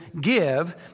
give